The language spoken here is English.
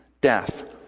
death